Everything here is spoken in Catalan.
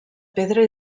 pedra